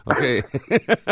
Okay